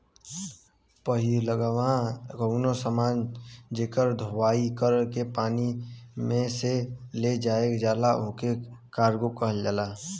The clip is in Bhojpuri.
पहिलवा कउनो समान जेकर धोवाई कर के पानी में से ले जायल जाला ओके कार्गो कहल जाला